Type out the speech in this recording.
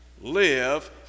live